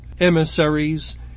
emissaries